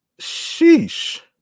Sheesh